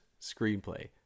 screenplay